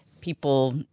People